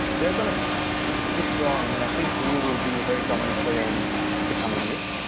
they're going to keep growing. and i think they will be a very dominant player in the coming years.